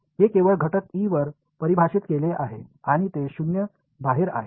हे केवळ घटक e वर परिभाषित केले आहे आणि ते शून्य बाहेर आहे